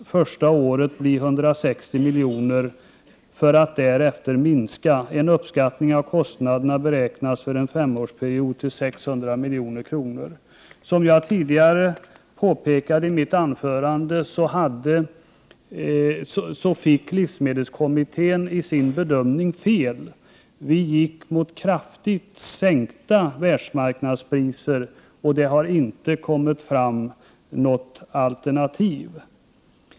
— första året bli 160 miljoner för att därefter minska. För en femårsperiod beräknas kostnaderna uppgå till 600 milj.kr. Som jag påpekade i mitt tidigare anförande, fick livsmedelskommittén fel i sin bedömning. Det blev i stället kraftigt sänkta världsmarknadspriser, och det har inte kommit fram något alternativ.